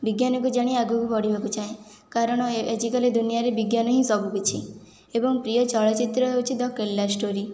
ବିଜ୍ଞାନକୁ ଜାଣି ଆଗକୁ ବଢ଼ିଆକୁ ଚାହେଁ କାରଣ ଆଜିକାଲି ଦୁନିଆରେ ବିଜ୍ଞାନ ହିଁ ସବୁକିଛି ଏବଂ ପ୍ରିୟ ଚଳଚିତ୍ର ହେଉଛି ଦ କେରଲା ଷ୍ଟୋରି